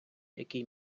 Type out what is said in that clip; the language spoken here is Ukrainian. який